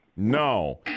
No